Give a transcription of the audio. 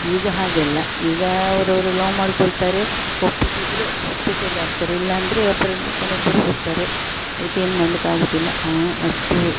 ಈಗ ಹಾಗೆ ಅಲ್ಲ ಈಗಾ ಅವ್ರು ಅವರು ಲವ್ ಮಾಡಿಕೊಳ್ತಾರೆ ಒಪ್ಪಿಗೆ ಇದ್ದರೆ ಜೊತೆಲಿ ಆಗ್ತಾರೆ ಇಲ್ಲಾಂದರೆ ಒಬ್ರನ್ನ ಹುಡ್ಕೊಂಡ್ ಒಬ್ಬರು ಹೋಗ್ತಾರೆ ಅದಕ್ಕೇನು ಮಾಡ್ಲಿಕ್ಕೆ ಆಗುದಿಲ್ಲ ಅಷ್ಟು